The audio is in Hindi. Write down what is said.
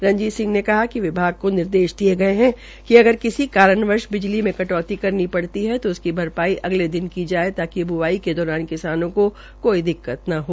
रंजीत सिंह ने कहा कि विभाग को निर्देश दिये गये है कि अगर किसी कारणवंश बिजी में कटौती करनी पड़ी है तो उसकी भरपाई अगले दिन दी जाये ताकि ब्आई के दौरान किसानों को कोई दिक्कत न हो